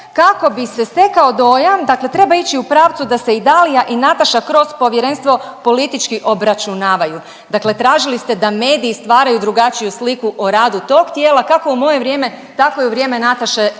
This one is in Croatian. kako bi se stekao dojam, dakle treba ići u pravcu da se i Dalija i Nataša kroz povjerenstvo politički obračunavaju. Dakle tražili ste da mediji stvaraju drugačiju sliku o radu tog tijela kako u moje vrijeme, tako i u vrijeme Nataše